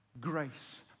grace